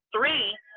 three